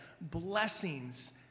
Blessings